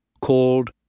called